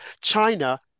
China